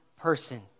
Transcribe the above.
person